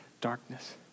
darkness